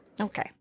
Okay